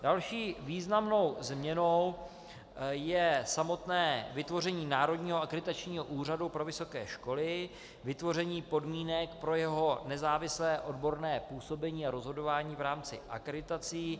Další významnou změnou je samotné vytvoření Národního akreditačního úřadu pro vysoké školy, vytvoření podmínek pro jeho nezávislé odborné působení a rozhodování v rámci akreditací.